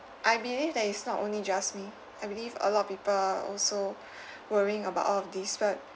I believe that is not only just me I believe a lot of people also worrying about all of these but